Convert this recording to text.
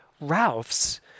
Ralph's